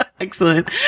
Excellent